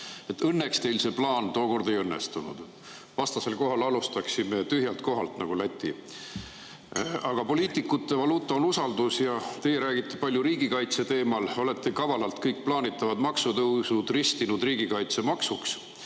Õnneks teil see plaan tookord ei õnnestunud, vastasel korral alustaksime nüüd tühjalt kohalt nagu Läti. Aga poliitikute valuuta on usaldus. Teie räägite palju riigikaitse teemal, olete kavalalt kõik plaanitavad maksutõusud ristinud riigikaitsemaksuks.